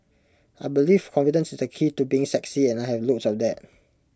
I believe confidence is the key to being sexy and I have loads of that